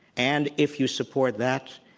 and, if you support that,